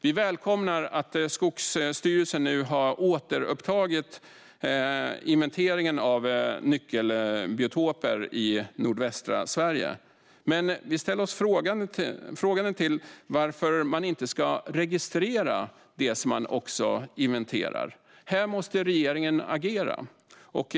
Vi välkomnar att Skogsstyrelsen nu har återupptagit inventeringen av nyckelbiotoper i nordvästra Sverige. Men vi ställer oss frågande till varför man inte ska registrera det som man inventerar. Här måste regeringen agera.